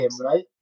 right